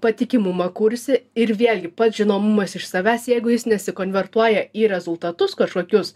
patikimumą kursi ir vėlgi pats žinomumas iš savęs jeigu jis nesikonvertuoja į rezultatus kažkokius